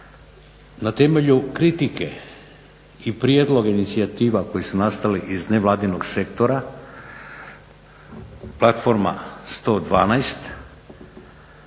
na temelju kritike i prijedloga inicijativa koje su nastale iz nevladinog sektora platforma 112,